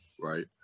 right